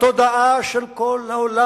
בתודעה של כל העולם